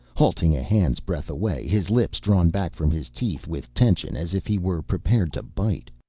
halting a hand's breadth away, his lips drawn back from his teeth with tension as if he were prepared to bite.